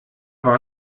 war